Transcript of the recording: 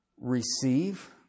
receive